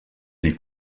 nei